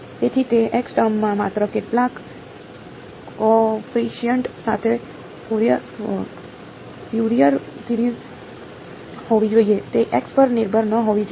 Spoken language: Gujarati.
તેથી તે x ટર્મમાં માત્ર કેટલાક કોએફીશીયન્ટ સાથે ફ્યુરિયર સિરીજ હોવી જોઈએ તે x પર નિર્ભર ન હોવી જોઈએ